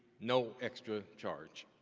no extra charge.